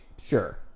Sure